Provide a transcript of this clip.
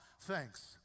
Thanks